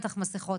בטח מסכות,